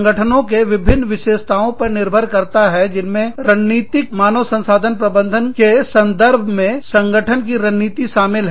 संगठनों के विभिन्न विशेषताओं पर निर्भर करता है जिनमें रणनीतिक मानव संसाधन प्रबंधन के संदर्भ में संगठन की रणनीति शामिल है